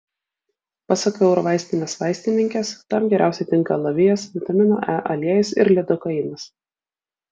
pasak eurovaistinės vaistininkės tam geriausiai tinka alavijas vitamino e aliejus ir lidokainas